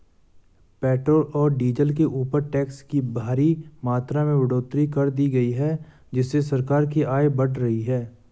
petrol और diesel के ऊपर टैक्स की भारी मात्रा में बढ़ोतरी कर दी गई है जिससे सरकार की आय बढ़ रही है